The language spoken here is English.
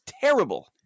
terrible